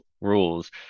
rules